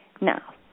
now